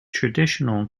traditional